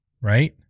Right